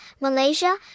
Malaysia